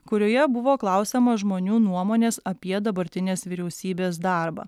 kurioje buvo klausiama žmonių nuomonės apie dabartinės vyriausybės darbą